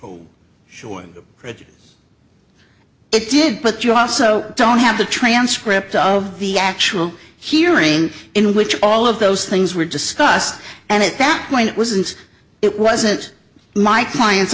pretty it did but you also don't have the transcript of the actual hearing in which all of those things were discussed and at that point wasn't it wasn't my client